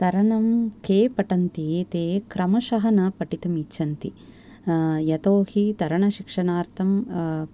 तरणं के पठन्ति ते क्रमशः न पठितुम् इच्छन्ति यतोऽहि तरणशिक्षणार्थं